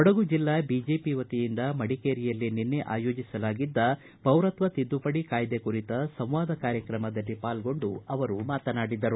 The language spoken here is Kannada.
ಕೊಡಗು ಜಿಲ್ಲಾ ಬಿಜೆಪಿ ವತಿಯಿಂದ ಮಡಿಕೇರಿಯಲ್ಲಿ ನಿನ್ನೆ ಆಯೋಜಿಸಲಾಗಿದ್ದ ಪೌರತ್ವ ತಿದ್ದುಪಡಿ ಕಾಯ್ದೆ ಕುರಿತು ಪ್ರಬುದ್ಧರೊಂದಿಗೆ ಸಂವಾದ ಕಾರ್ಯಕ್ರಮದಲ್ಲಿ ಪಾಲ್ಗೊಂಡು ಅವರು ಮಾತನಾಡಿದರು